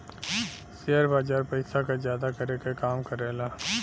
share बाजार पइसा क जादा करे क काम करेला